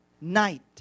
night